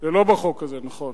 זה לא בחוק הזה, נכון.